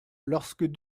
lorsque